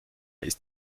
ist